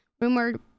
rumored